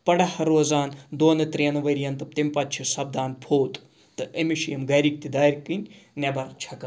پَڑا روزان دوٚن ترٛٮ۪ن ؤرۍ یَن تہٕ تیٚمہِ پَتہٕ چھِ سَپدان فوت تہٕ أمِس چھِ یِم گَرِکۍ تہِ دارِ کِنۍ نٮ۪بَر چھَکان